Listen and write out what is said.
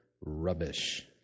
rubbish